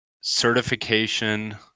certification